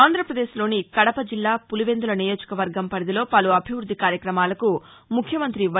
ఆంధ్ర ప్రదేశ్లోని కడపజిల్లా పులివెందుల నియోజకర్గం పరిధిలో పలు అభివృద్ది కార్యక్రమాలకు ముఖ్యమంత్రి వై